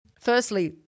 firstly